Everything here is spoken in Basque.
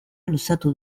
luzatu